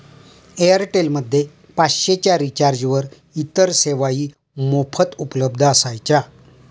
Airtel मध्ये पाचशे च्या रिचार्जवर इतर सेवाही मोफत उपलब्ध असायच्या